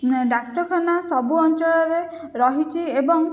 ଡାକ୍ତରଖାନା ସବୁ ଅଞ୍ଚଳରେ ରହିଛି ଏବଂ